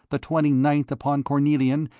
the twenty-ninth upon cornelian,